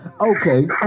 okay